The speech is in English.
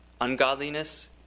ungodliness